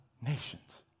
nations